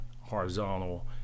horizontal